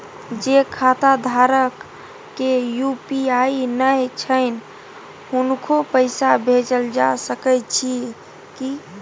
जे खाता धारक के यु.पी.आई नय छैन हुनको पैसा भेजल जा सकै छी कि?